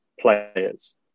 players